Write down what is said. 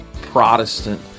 Protestant